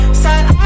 side